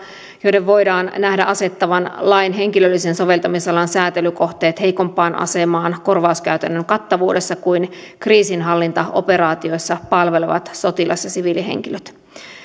joiden voidaan nähdä asettavan lain henkilöllisen soveltamisalan säätelykohteet heikompaan asemaan korvauskäytännön kattavuudessa kuin kriisinhallintaoperaatioissa palvelevat sotilas ja siviilihenkilöt